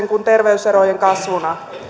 kuin terveyserojen kasvuna